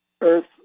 Earth